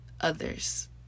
others